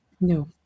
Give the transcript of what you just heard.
No